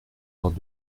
porte